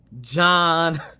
John